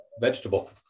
Vegetable